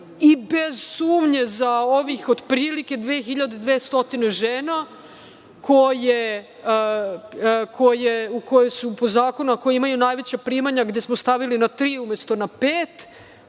I bez sumnje za ovih otprilike 2.200 žena koje imaju najveća primanja, gde smo stavili na tri umesto na pet,